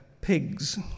pigs